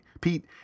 Pete